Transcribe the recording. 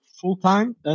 full-time